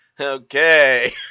Okay